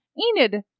enid